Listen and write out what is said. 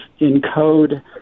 encode